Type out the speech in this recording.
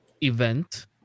event